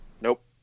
Nope